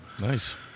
nice